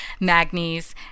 Magnes